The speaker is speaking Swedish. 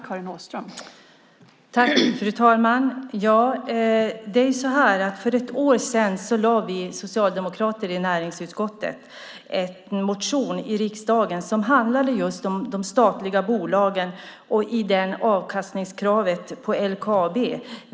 Fru talman! För ett år sedan väckte vi socialdemokrater i näringsutskottet en motion i riksdagen som handlade om de statliga bolagen och avkastningskravet på LKAB.